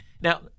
Now